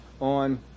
On